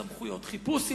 סמכויות חיפוש,